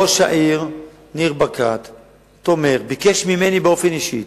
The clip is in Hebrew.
ראש העיר ניר ברקת תומך, ביקש ממני באופן אישי,